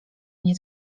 nie